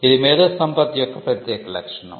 ఇది మేధో సంపత్తి యొక్క ప్రత్యేక లక్షణం